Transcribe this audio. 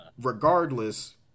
Regardless